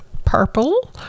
purple